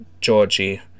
Georgie